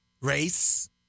race